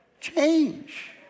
change